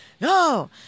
no